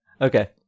Okay